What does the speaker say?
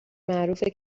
معروفه